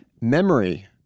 Memory